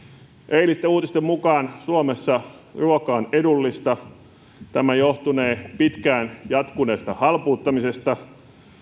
eilisten uutisten mukaan suomessa ruoka on edullista tämä johtunee pitkään jatkuneesta halpuuttamisesta